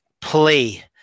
play